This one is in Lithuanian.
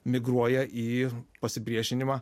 migruoja į pasipriešinimą